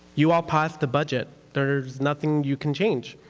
you all passed a budget. there's nothing you can change.